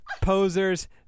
posers